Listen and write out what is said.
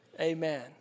amen